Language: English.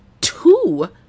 two